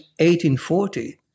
1840